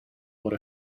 what